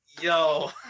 Yo